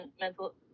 mental